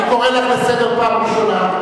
אני קורא לך לסדר פעם ראשונה.